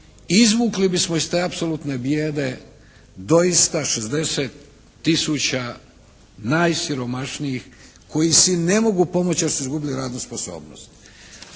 izvukli bismo iz te apsolutne bijede doista 60 tisuća najsiromašnijih koji si ne mogu pomoći jer su izgubili radnu sposobnost.